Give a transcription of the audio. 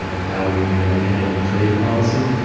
how we handled trade policy.